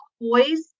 boys